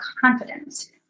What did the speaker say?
confidence